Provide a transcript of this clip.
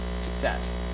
success